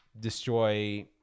destroy